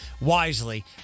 wisely